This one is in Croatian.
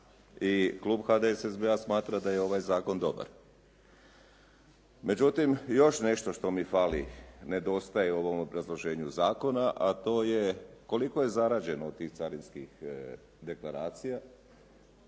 I klub HDSSB-a smatra da je ovaj zakon dobar. Međutim, još nešto što mi fali, nedostaje u ovom obrazloženju zakona, a to je koliko je zarađeno od tih carinskih deklaracija?